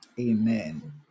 Amen